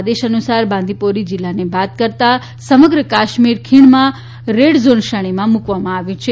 આદેશ અનુસાર બાંદીપોરા જિલ્લાને બાદ કરતાં સમગ્ર કાશ્મીર ખીણમાં રેડ ઝોન શ્રેણીમાં મુકવામાં આવી છે